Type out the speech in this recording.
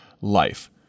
life